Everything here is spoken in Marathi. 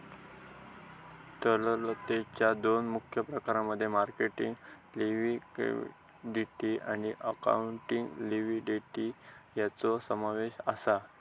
तरलतेच्या दोन मुख्य प्रकारांमध्ये मार्केट लिक्विडिटी आणि अकाउंटिंग लिक्विडिटी यांचो समावेश आसा